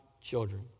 children